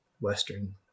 Western